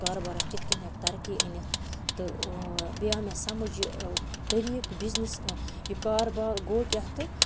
کارٕبارَس کِتھٕ کٔنۍ ہیٚکہِ ترقی أنِتھ تہٕ بیٚیہِ آو مےٚ سَمٕجھ یہِ طریٖقہٕ بِزنٮ۪س یہِ کارٕبار گوٚو کیٛاہ تہٕ